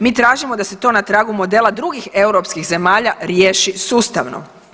Mi tražimo da se to na tragu modela drugih europskih zemalja riješi sustavno.